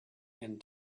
and